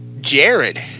Jared